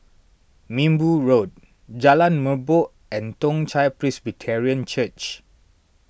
Minbu Road Jalan Merbok and Toong Chai Presbyterian Church